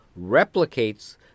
replicates